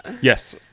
Yes